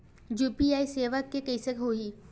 UPI सेवा के कइसे होही?